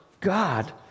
God